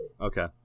Okay